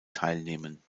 teilnehmen